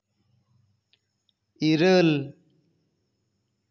ᱤᱨᱟᱹᱞ